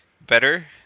better